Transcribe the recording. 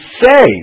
say